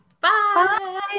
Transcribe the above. Bye